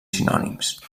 sinònims